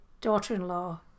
daughter-in-law